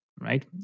right